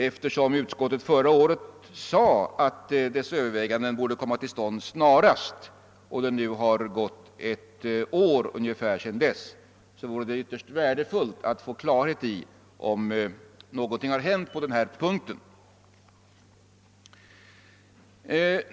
Eftersom utskottet förra året framhöll att övervägandena borde göras snarast och det nu förflutit ungefär ett år, vore det ytterst värdefullt att få klarhet i om någonting hänt på denna punkt.